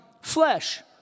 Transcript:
flesh